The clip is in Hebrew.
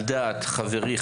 על דעת חברי,